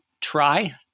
try